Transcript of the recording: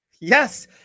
Yes